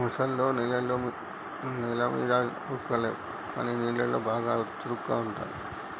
ముసల్లో నెల మీద ఉరకలేవు కానీ నీళ్లలో చాలా చురుగ్గా ఉంటాయి